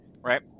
right